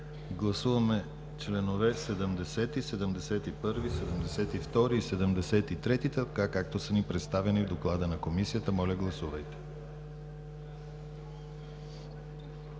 Гласуваме членове 70, 71, 72 и 73 както са ни представени в Доклада на Комисията. Гласували